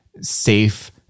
safe